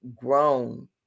grown